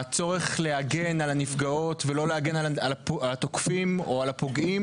הצורך להגן על הנפגעות ולא להגן על התוקפים או על הפוגעים